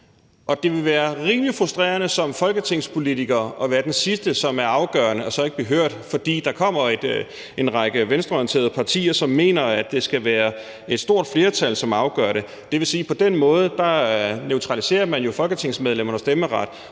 Det vil være rimelig frustrerende som folketingspolitiker at være den, som har den afgørende stemme og så ikke blive hørt, fordi der kommer en række venstreorienterede partier, som mener, at det skal være et stort flertal, som afgør det. På den måde neutraliserer man jo folketingsmedlemmernes stemmeret.